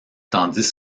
tandis